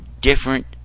different